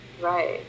Right